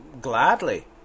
gladly